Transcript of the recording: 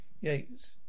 Yates